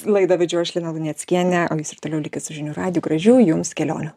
laidą vedžiau aš lina luneckienė o jūs ir toliau likit su žinių radiju gražių jums kelionių